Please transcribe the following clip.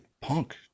punk